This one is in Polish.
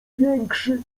większy